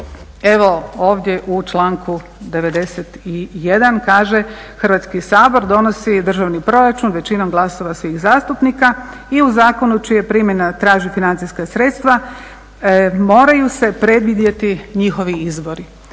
evo ovdje u članku 91. kaže: "Hrvatski sabor donosi državni proračun većinom glasova svih zastupnika. I u zakonu čija primjena traži financijska sredstva moraju se predvidjeti njihovi izbori.".